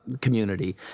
community